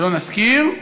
שלא נזכיר,